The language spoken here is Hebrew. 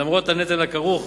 למרות הנטל הכרוך